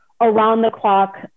around-the-clock